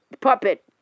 puppet